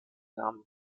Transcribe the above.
namen